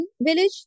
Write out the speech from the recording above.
village